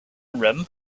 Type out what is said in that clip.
rim